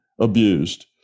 abused